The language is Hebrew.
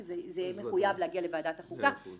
זה יהיה מחויב להגיע לוועדת חוקה -- מאה אחוז.